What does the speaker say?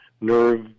nerve